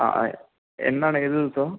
ആ ആ എന്നാണ് ഏത് ദിവസം